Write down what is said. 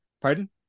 Pardon